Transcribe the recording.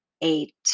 eight